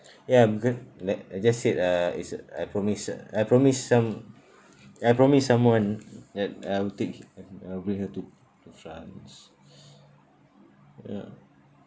ya because like I just said uh it's I promise I promise some I promised someone that I will take h~ and I'll bring her to to france ya